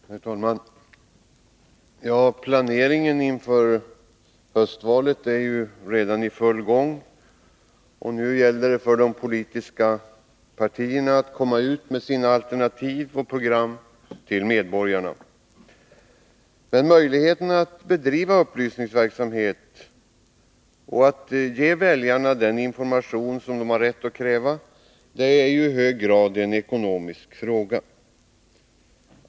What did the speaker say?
Herr talman! Planeringen inför höstens val är redan i full gång. Det gäller nu för de politiska partierna att komma ut med sina alternativ och program till medborgarna. Möjligheterna att bedriva upplysningsverksamhet och ge väljarna den information de har rätt att kräva är i hög grad en ekonomisk fråga.